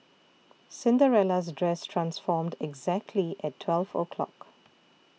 Cinderella's dress transformed exactly at twelve o' clock